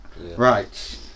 right